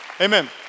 Amen